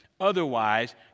Otherwise